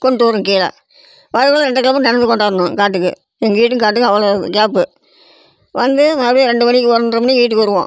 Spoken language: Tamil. கொண்டுட்டு வருவோம் கீழே வரும் போது ரெண்டு கிலோமீட்டர் நடந்து கொண்டாரணும் காட்டுக்கு எங்கள் வீட்டுக்கும் காட்டுக்கும் அவ்வளோ கேப்பு வந்து மறுபடியும் ரெண்டு மணிக்கு ஒன்ரை மணிக்கு வீட்டுக்கு வருவோம்